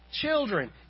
children